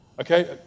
Okay